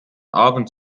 abend